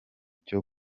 cyo